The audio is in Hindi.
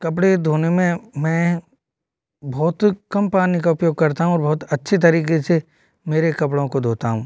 कपड़े धोने में मैं बहुत कम पानी का उपयोग करता हूँ और बहुत अच्छे तरीके से मेरे कपड़ों को धोता हूँ